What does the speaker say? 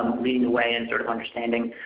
leading the way in sort of understanding